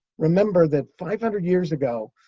remember that, five hundred years ago,